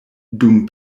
dum